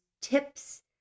tips